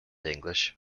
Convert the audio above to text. english